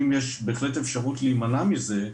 אם יש בהחלט אפשרות להימנע מזה,